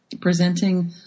presenting